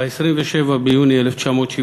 ב-27 ביוני 1976,